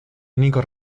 nico